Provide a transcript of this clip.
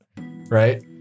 right